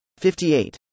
58